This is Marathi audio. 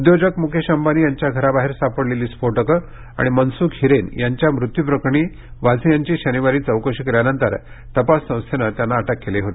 उद्योजक मुकेश अंबानी यांच्या घराबाहेर सापडलेली स्फोटकं आणि मनसूख हिरेन यांच्या मृत्यूप्रकरणी वाझे यांची शनिवारी चौकशी केल्यानंतर तपास संस्थेनं त्यांना अटक केली होती